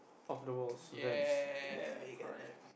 of the walls Vans ya correct